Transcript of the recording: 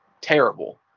terrible